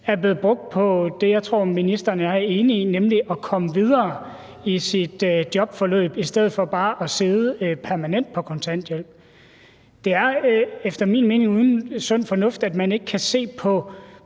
er blevet brugt på det, jeg tror ministeren og jeg er enige i er godt, nemlig at komme videre i sit jobforløb i stedet for bare at sidde permanent på kontanthjælp. Det er efter min mening uden sund fornuft, at man ikke kan se på